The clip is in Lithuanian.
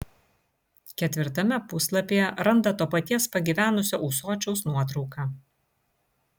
ketvirtame puslapyje randa to paties pagyvenusio ūsočiaus nuotrauką